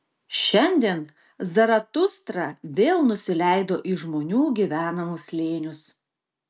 šiandien zaratustra vėl nusileido į žmonių gyvenamus slėnius